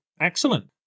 excellent